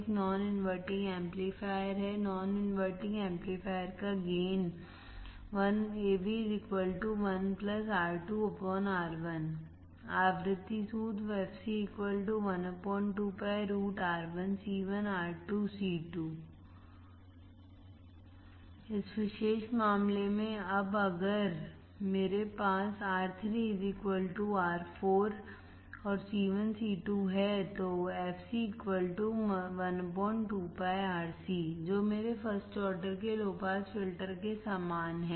एक non inverting amplifier है non inverting amplifier का गेन Av 1 R2 R1 आवृत्ति सूत्र fc 12 π√ R1C1R2C2 इस विशेष मामले मेंअब अगर मेरे पास R3 R4 है और C1 C2 है तो fc 1 2 π √ R2C2 मतलब है fc 1 2 πRC जो मेरे फर्स्ट ऑर्डर के लो पास सक्रिय फिल्टर के समान है